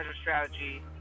strategy